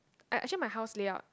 I actually my house layout